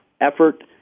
effort